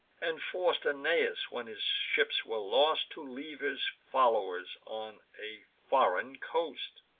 and forc'd aeneas, when his ships were lost, to leave his foll'wers on a foreign coast.